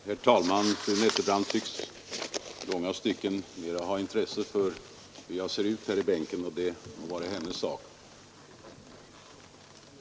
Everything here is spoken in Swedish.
Herr talman! Fru Nettelbrandt tycks i långa stycken vara mycket intresserad av hur jag ser ut här i bänken, och det må nu vara hennes sak.